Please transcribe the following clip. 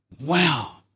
Wow